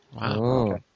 Wow